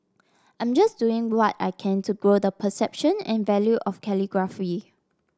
I'm just doing what I can to grow the perception and value of calligraphy